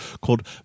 called